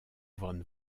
von